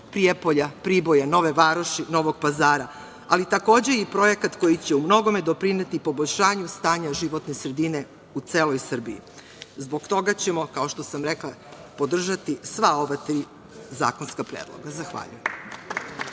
Prijepolja, Priboja, Nove Varoši, Novog Pazara, ali takođe je i projekat koji će u mnogome doprineti poboljšanju stanja životne sredine u celoj Srbiji, zbog toga ćemo, kao što sam rekla podržati sva ova tri zakonska predloga. Zahvaljujem.